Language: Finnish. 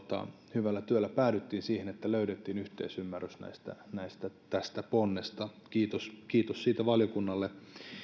hyvällä työllä päädyttiin siihen että löydettiin yhteisymmärrys tästä ponnesta kiitos kiitos siitä valiokunnalle